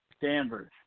Danvers